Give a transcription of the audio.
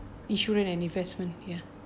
insurance and investment ya